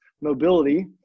mobility